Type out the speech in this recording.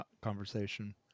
conversation